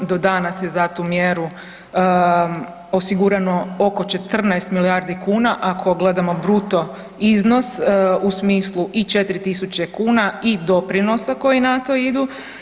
Do danas je za tu mjeru osigurano oko 14 milijardi kuna ako gledamo bruto iznos u smislu i 4000 kuna i doprinosa koji na to idu.